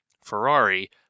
Ferrari